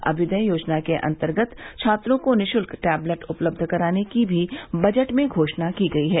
अम्यूदय योजना के अन्तर्गत छात्रों को निःशुल्क टैबलेट उपलब्ध कराने की भी बजट में घोषणा की गयी है